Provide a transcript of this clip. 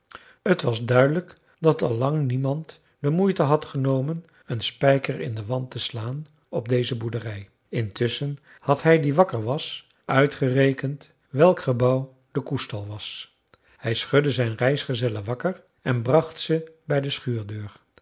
t was duidelijk dat al lang niemand de moeite had genomen een spijker in den wand te slaan op deze boerderij intusschen had hij die wakker was uitgerekend welk gebouw de koestal was hij schudde zijn reisgezellen wakker en bracht ze bij de schuurdeur